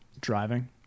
driving